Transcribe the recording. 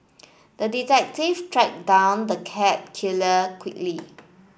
the detective tracked down the cat killer quickly